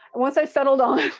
once i settled on